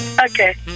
Okay